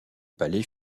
palais